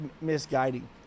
misguiding